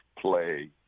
play